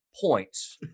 points